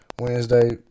Wednesday